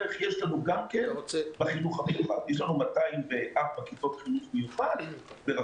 אז אני מניח שגם יולי אוגוסט יופיע בין היתר